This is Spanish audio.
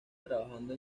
trabajando